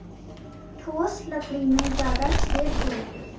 ठोस लकड़ी में जादा छेद होला